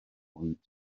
pwynt